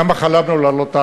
כמה חלמנו לעלות ארצה.